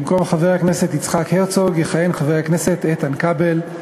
במקום חבר הכנסת יצחק הרצוג יכהן חבר הכנסת איתן כבל.